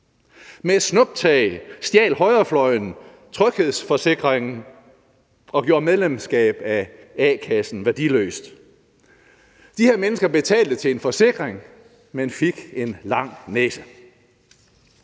et snuptag stjal højrefløjen tryghedsforsikringen og gjorde medlemskab af a-kassen værdiløst. De her mennesker betalte til en forsikring, men fik en lang næse.